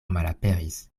malaperis